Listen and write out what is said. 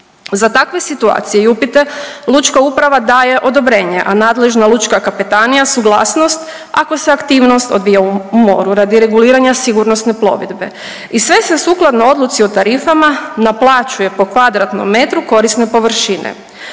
Za takve situacije i upite lučka uprava daje odobrenje, a nadležna lučka kapetanija suglasnost ako se aktivnost odvija u moru radi reguliranja sigurnosne plovidbe. I sve se sukladno odluci o tarifama naplaćuje po kvadratnom metru korisne površine.